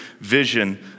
vision